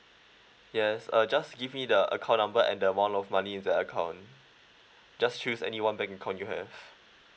yes uh just give me the account number and the amount of money in that account just choose any one bank account you have